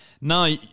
now